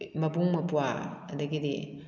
ꯃꯄꯨꯡ ꯃꯧꯄ꯭ꯋꯥ ꯑꯗꯒꯤꯗꯤ